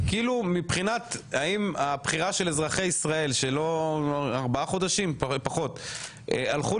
הבחירה של אזרחי ישראל שהלכו לבחור ובחרו